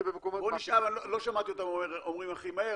במקומות --- לא שמעתי אותם אומרים הכי מהר,